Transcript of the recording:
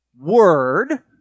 word